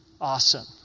Awesome